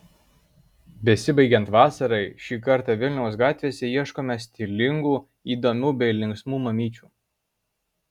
besibaigiant vasarai šį kartą vilniaus gatvėse ieškojime stilingų įdomių bei linksmų mamyčių